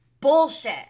bullshit